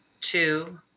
two